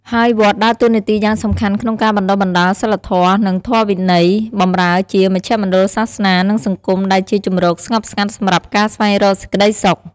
ហើយវត្តដើរតួនាទីយ៉ាងសំខាន់ក្នុងការ បណ្ដុះបណ្ដាលសីលធម៌ និងធម៌វិន័យ បម្រើជាមជ្ឈមណ្ឌលសាសនា និងសង្គម ដែលជាជម្រកស្ងប់ស្ងាត់សម្រាប់ការស្វែងរកសេចក្ដីសុខ។